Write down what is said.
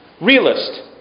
realist